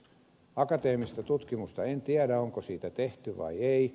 akateemisesta tutkimuksesta en tiedä onko sitä tehty vai ei